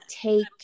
take